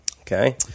Okay